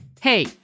hey